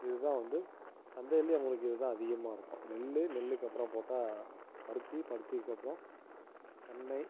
இதுதான் வந்து சந்தையிலேயும் அவங்களுக்கு இதான் அதிகமாக இருக்கும் நெல் நெல்லுக்கு அப்பறம் போட்டால் பருத்தி பருத்திக்கு அப்பறம் தென்னை